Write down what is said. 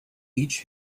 each